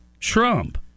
Trump